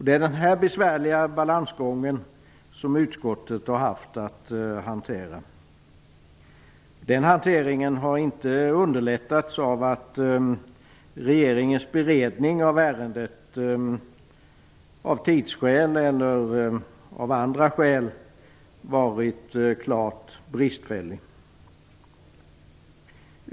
Det är denna besvärliga balansgång som utskottet haft att hantera. Den hanteringen har inte underlättats av att regeringens beredning av ärendet av tidsskäl eller av andra skäl varit klart bristfällig.